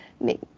make